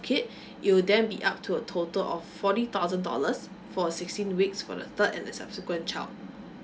kid it will then be up to a total of forty thousand dollars for a sixteen weeks for the third and the subsequent child